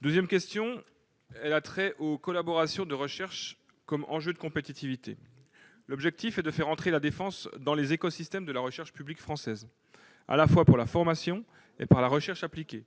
deuxième question a trait aux collaborations de recherche comme enjeu de compétitivité. L'objectif est de faire entrer la défense dans les écosystèmes de la recherche publique française, à la fois, par la formation et par la recherche appliquée.